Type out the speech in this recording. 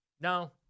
No